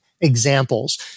Examples